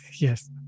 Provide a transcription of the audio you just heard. Yes